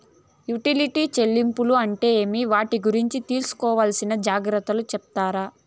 Utility చెల్లింపులు అంటే ఏమి? వాటి గురించి తీసుకోవాల్సిన జాగ్రత్తలు సెప్తారా?